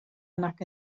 nag